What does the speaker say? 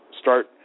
start